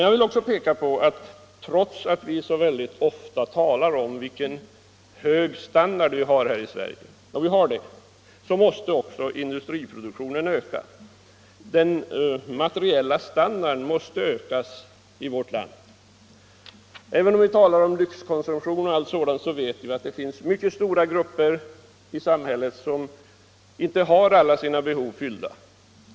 Jag vill också peka på att trots att det väldigt ofta talas om vilken hög standard vi har här i Sverige - och det har vi — måste industriproduktionen öka. Den materiella standarden måste ökas i vårt land. Trots talet om lyxkonsumtion och allt sådant vet vi ju att det finns mycket stora grupper i samhället som inte har alla sina behov fyllda.